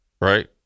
right